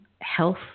health